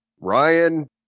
Ryan